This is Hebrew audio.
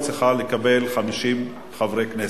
היא צריכה לקבל 50 חברי כנסת.